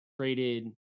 traded